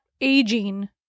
aging